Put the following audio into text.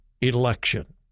election